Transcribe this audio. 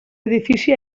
edifici